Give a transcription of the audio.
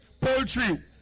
poultry